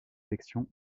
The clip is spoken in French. élection